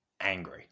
angry